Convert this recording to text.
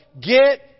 get